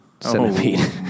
centipede